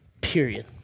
Period